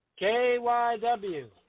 KYW